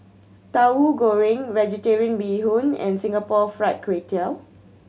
Tauhu Goreng Vegetarian Bee Hoon and Singapore Fried Kway Tiao